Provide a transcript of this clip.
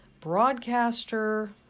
broadcaster